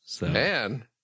Man